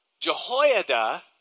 Jehoiada